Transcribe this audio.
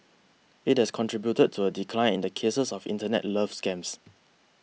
it has contributed to a decline in the cases of internet love scams